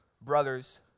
brothers